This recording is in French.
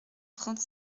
trente